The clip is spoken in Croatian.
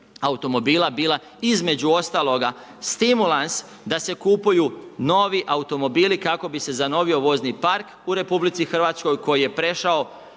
automobila, bila između ostaloga stimulans da se kupuju novi automobili, kako bi se zavozli vozni park u RH, koji je prešao